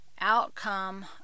outcome